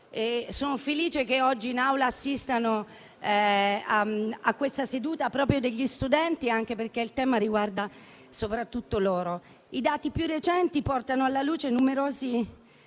Sono felice che oggi assistano alla seduta proprio degli studenti perché il tema riguarda soprattutto loro. I dati più recenti portano alla luce numerosi